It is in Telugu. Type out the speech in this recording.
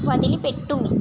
వదిలిపెట్టు